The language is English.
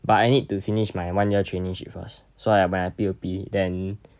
but I need to finish my one year trainingship first so I when I P_O_P then